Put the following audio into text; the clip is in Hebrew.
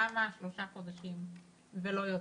למה שלושה חודשים ולא יותר?